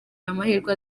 amahirwe